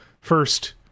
first